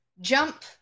Jump